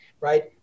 Right